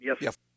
Yes